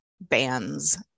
bands